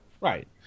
Right